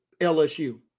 LSU